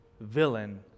villain